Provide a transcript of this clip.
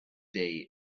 day